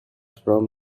from